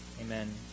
Amen